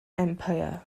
empire